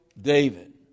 David